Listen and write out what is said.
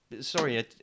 Sorry